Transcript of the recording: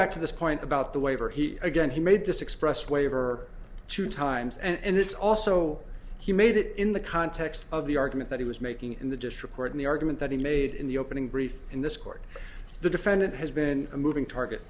back to this point about the waiver he again he made this expressed waiver or two times and it's also he made it in the context of the argument that he was making in the district court in the argument that he made in the opening brief in this court the defendant has been a moving target